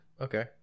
Okay